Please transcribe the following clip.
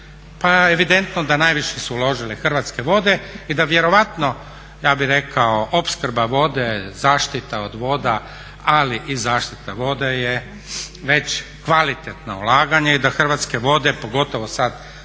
Pa evidentno da najviše su uložili Hrvatske vode i da vjerojatno ja bih rekao opskrba vode, zaštita od voda ali i zaštita vode je već kvalitetno ulaganje i da Hrvatske vode pogotovo sada